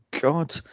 God